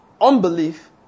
Unbelief